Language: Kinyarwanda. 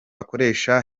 akoresha